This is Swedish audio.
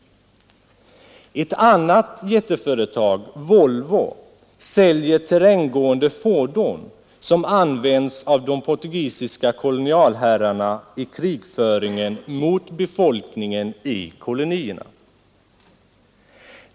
Ett annat jätteföretag, Volvo, säljer terränggående fordon, som används av de portugisiska kolonialherrarna i krigföringen mot befolkningen i kolonierna.